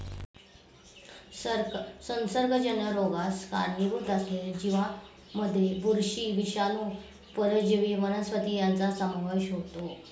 संसर्गजन्य रोगास कारणीभूत असलेल्या जीवांमध्ये बुरशी, विषाणू, परजीवी वनस्पती यांचा समावेश होतो